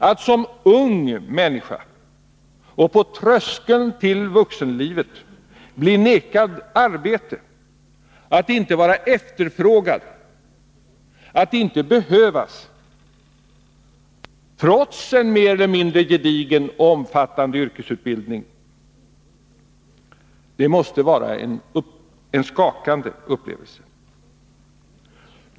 Att som ung människa på tröskeln till vuxenlivet bli nekad arbete, att inte vara efterfrågad, att inte behövas trots en mer eller mindre gedigen och omfattande yrkesutbildning, måste vara en skakande upplevelse.